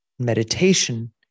Meditation